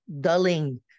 dulling